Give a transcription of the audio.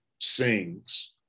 sings